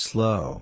Slow